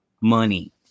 money